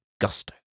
gusto